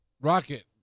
rocket